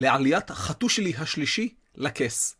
לעליית החתושילי השלישי לכס.